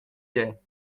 gie